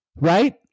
Right